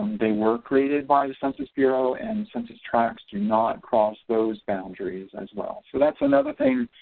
they were created by the census bureau and census tracts do not cross those boundaries as well so that's another thing